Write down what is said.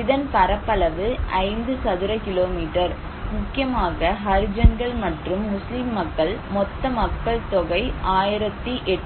இதன் பரப்பளவு 5 சதுர கிலோமீட்டர் முக்கியமாக ஹரிஜான்கள் மற்றும் முஸ்லிம் மக்கள் மொத்த மக்கள் தொகை 1800